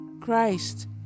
Christ